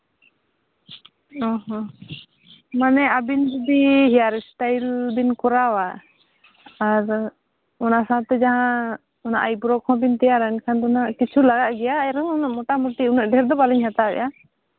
ᱚᱸᱻ ᱦᱚᱸ ᱢᱟᱱᱮ ᱟᱵᱤᱱ ᱡᱚᱫᱤ ᱦᱮᱭᱟᱨ ᱥᱴᱟᱭᱤᱞ ᱵᱤᱱ ᱠᱚᱨᱟᱣᱟ ᱟᱨ ᱚᱱᱟ ᱥᱟᱶᱛᱮ ᱡᱟᱦᱟᱸ ᱚᱱᱟ ᱟᱭᱵᱨᱳ ᱠᱚᱦᱚᱸ ᱵᱤᱱ ᱛᱮᱭᱟᱨᱟ ᱮᱱᱠᱷᱟᱱ ᱫᱚ ᱦᱟᱸᱜ ᱠᱤᱪᱷᱩ ᱞᱟᱜᱟᱜ ᱜᱮᱭᱟ ᱮᱱᱨᱮᱦᱚᱸ ᱩᱱᱟᱹᱜ ᱢᱳᱴᱟᱢᱩᱴᱤ ᱩᱱᱟᱹᱜ ᱰᱷᱮᱨ ᱫᱚ ᱵᱟᱹᱞᱤᱧ ᱦᱟᱛᱟᱣᱮᱜᱼᱟ